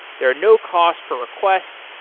there are no cost per request,